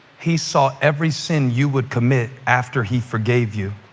he saw every sin you would commit after he forgave you,